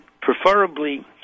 preferably